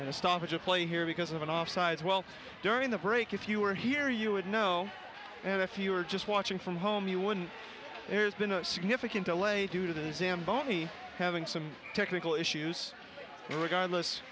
a stoppage of play here because of an offsides well during the break if you were here you would know and if you were just watching from home you wouldn't there's been a significant delay due to the newseum bony having some technical issues regardless